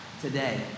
today